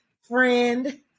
friend